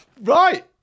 right